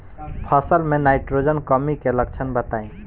फसल में नाइट्रोजन कमी के लक्षण बताइ?